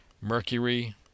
Mercury